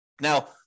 Now